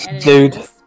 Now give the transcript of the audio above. Dude